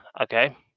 Okay